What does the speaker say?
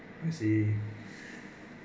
I see